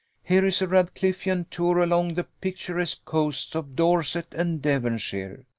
here is a radcliffean tour along the picturesque coasts of dorset and devonshire.